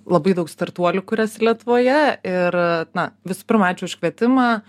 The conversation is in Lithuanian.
labai daug startuolių kuriasi lietuvoje ir na visų pirma ačiū už kvietimą